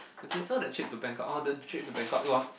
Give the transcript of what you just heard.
okay so the trip to Bangkok oh the trip to Bangkok it was